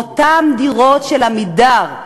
אותן דירות של "עמידר"